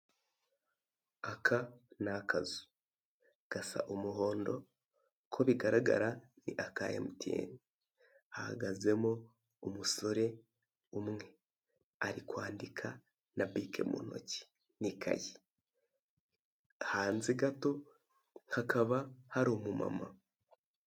Aka ni akazu, gasa umuhondo, uko bigaragara ni aka emutiyeni, hahagazemo umusore umwe, ari kwandika na bike mu ntoki, n'ikayi, hanze gato hakaba hari umumama.